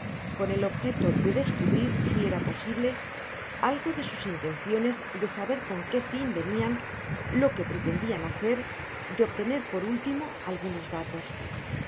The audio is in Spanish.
con el objeto de despubrir si era posible algo de sus inatenciones de saber con quefin venian lo que pretendian hacer de obtener por último algunos datos